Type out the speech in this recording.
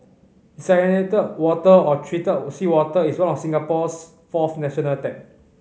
desalinated water or treated seawater is one of Singapore's fourth national tap